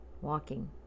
Walking